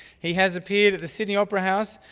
he has appeared at the sydney opera house,